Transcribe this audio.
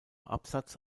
absatz